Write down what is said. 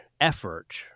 effort